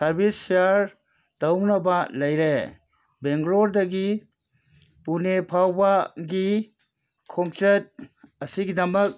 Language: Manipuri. ꯁꯥꯔꯕꯤꯁ ꯁꯤꯌꯔ ꯇꯧꯅꯕ ꯂꯩꯔꯦ ꯕꯦꯡꯒ꯭ꯂꯣꯔꯗꯒꯤ ꯄꯨꯅꯦ ꯐꯥꯎꯕꯒꯤ ꯈꯣꯡꯆꯠ ꯑꯁꯤꯒꯤꯗꯃꯛ